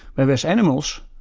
whereas animals,